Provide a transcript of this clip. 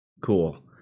Cool